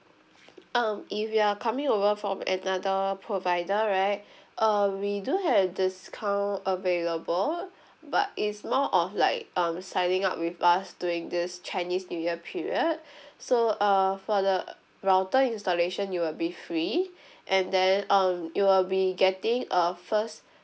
um if you're coming over from another provider right uh we do have discount available but it's more of like um signing up with us during this chinese new year period so uh for the router installation it will be free and then um it will be getting a first